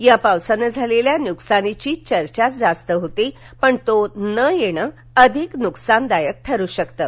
या पावसानं झालेल्या नुकसानीचीच चर्चा जास्त होते पण तो न येणं अधिक नुकसान करणारं ठरू शकतं